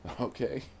Okay